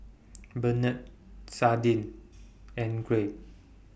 Bennett Sadie and Gregg